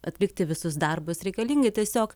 atlikti visus darbus reikalingi tiesiog